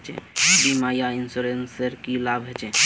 बीमा या इंश्योरेंस से की लाभ होचे?